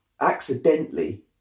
accidentally